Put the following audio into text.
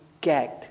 gagged